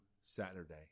Saturday